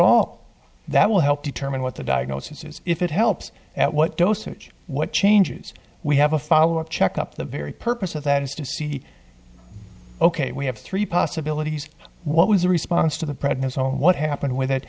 all that will help determine what the diagnosis is if it helps at what dosage what changes we have a follow up checkup the very purpose of that is to see ok we have three possibilities what was the response to the pregnancy what happened with it